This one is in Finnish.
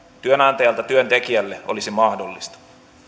työnantajalta työntekijälle olisi mahdollista